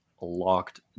locked